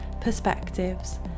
perspectives